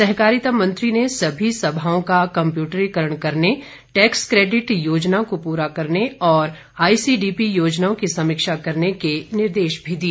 सहकारिता मंत्री ने सभी सभाओं का कंप्यूटरीकरण करने टैक्स क्रेडिट योजना को पूरा करने और आईसीडीपी योजनाओं की समीक्षा करने के निर्देश भी दिए